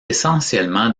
essentiellement